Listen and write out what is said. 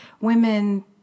women